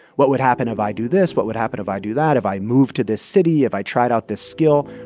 what would happen if i do this? what would happen if i do that if i moved to this city, if i tried out this skill,